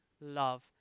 love